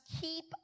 keep